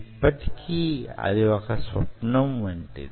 ఇప్పటికీ అది వొక స్వప్నం వంటిది